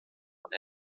von